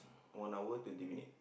one hour twenty minute